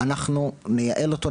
אנחנו נייעל אותו,